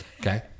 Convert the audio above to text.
Okay